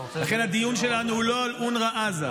לכן הדיון שלנו הוא לא על אונר"א עזה.